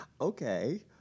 Okay